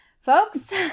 folks